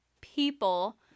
people